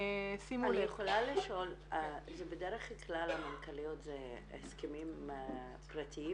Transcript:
שימו לב -- אני יכולה לשאול בדרך כלל המנכ"ליות זה חוזים אישיים?